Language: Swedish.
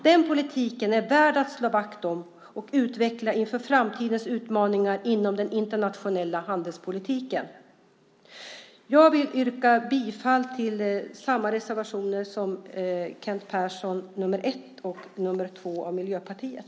Den politiken är värd att slå vakt om och utveckla inför framtidens utmaningar inom den internationella handelspolitiken. Jag vill yrka bifall till samma reservationer som Kent Persson, alltså nr 1 och nr 2 av Miljöpartiet.